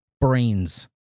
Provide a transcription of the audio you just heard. brains